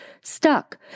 stuck